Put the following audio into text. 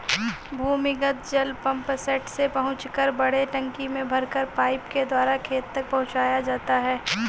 भूमिगत जल पम्पसेट से पहुँचाकर बड़े टंकी में भरकर पाइप के द्वारा खेत तक पहुँचाया जाता है